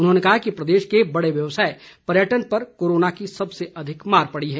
उन्होंने कहा कि प्रदेश के बड़े व्यवसाय पर्यटन पर कोरोना की सबसे अधिक मार पड़ी है